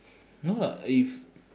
no lah if